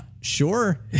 sure